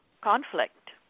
conflict